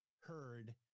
heard